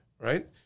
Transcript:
right